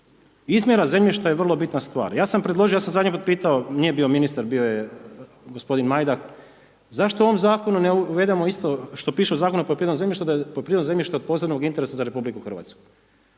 Izmjera zemljišta je vrlo bitna stvar. Ja sam predložio, ja sam zadnji put pitao, nije bio ministar, bio je g. Majdak, zašto u ovom zakonu ne uvedemo isto, što piše u Zakonu o poljoprivrednom zemljištu, da je poljoprivredo zemljište od posebnog interesa za RH. Možda se to